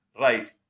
right